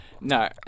No